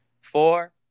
Four